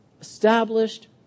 established